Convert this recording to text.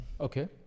Okay